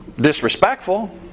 disrespectful